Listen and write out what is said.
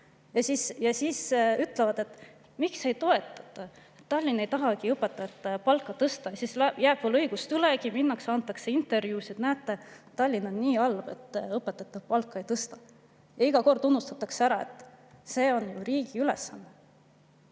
ja siis [küsivad], miks te ei toeta, kas Tallinn ei tahagi õpetajate palka tõsta. Siis jääb neil veel õigust ülegi. Minnakse, antakse intervjuusid, et näete, Tallinn on nii halb, et õpetajate palka ei tõsta. Iga kord unustatakse ära, et see on riigi ülesanne.